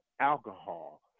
alcohol